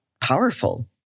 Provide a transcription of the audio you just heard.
powerful